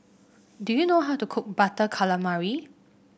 do you know how to cook Butter Calamari